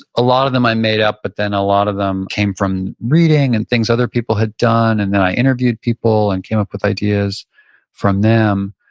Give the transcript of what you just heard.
a lot of them i made up, but then a lot of them came from reading and things other people had done. and then i interviewed people and came up with ideas from them.